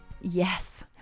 Yes